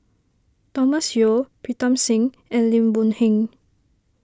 Thomas Yeo Pritam Singh and Lim Boon Heng